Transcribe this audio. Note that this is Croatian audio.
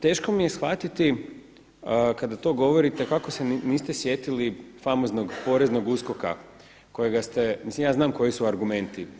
Teško mi je shvatiti kada to govorite kako se niste sjetili famoznog Poreznog USKOK-a kojega ste, mislim ja znam koji su argumenti.